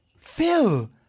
Phil